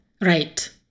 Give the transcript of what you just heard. Right